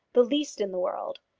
the least in the world.